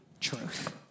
truth